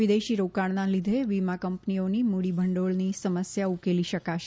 વિદેશી રોકાણનાં લીધે વીમા કંપનીઓની મૂડીભંડોળની સમસ્યા ઉકેલી શકાશે